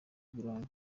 uburanga